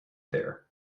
there